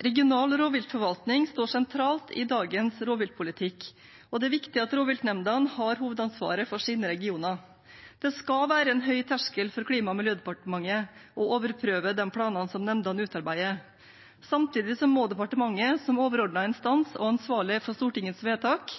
Regional rovviltforvaltning står sentralt i dagens rovviltpolitikk, og det er viktig at rovviltnemndene har hovedansvaret for sine regioner. Klima- og miljødepartementet skal ha en høy terskel for å overprøve de planene som nemndene utarbeider. Samtidig må departementet som overordnet instans og ansvarlig for Stortingets vedtak